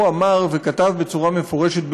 הוא אמר וכתב בצורה מפורשת,